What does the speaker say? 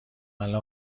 الان